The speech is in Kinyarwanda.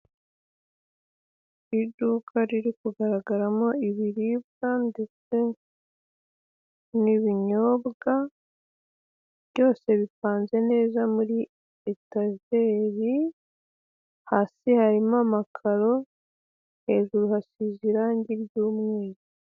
Iduka riri kugaragaramo ibiribwa ndetse n'ibinyobwa, byose bipanze neza muri etajeri hasi harimo amakaro hejuru hasize irangi ry'umweru.